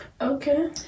Okay